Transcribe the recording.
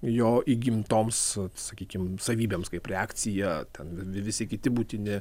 jo įgimtoms sakykim savybėms kaip reakcija ten visi kiti būtini